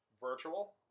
Virtual